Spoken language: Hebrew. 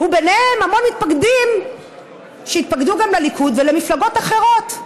וביניהם המון מתפקדים שהתפקדו גם לליכוד ולמפלגות אחרות,